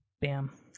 Bam